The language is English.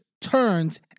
turns